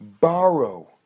borrow